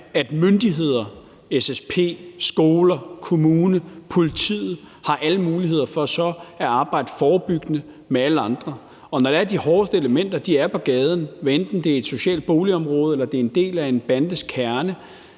at myndigheder – SSP, skoler, kommuner, politiet – har alle muligheder for så at arbejde forebyggende med alle andre. Og når det er, at de hårdeste elementer er på gaden, hvad enten det er i et socialt boligområde eller det er en del af en bandes kerne,